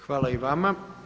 Hvala i vama.